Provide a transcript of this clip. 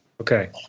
Okay